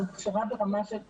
זאת הכשרה ברמה של פסיכולוגים,